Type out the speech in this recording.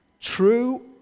true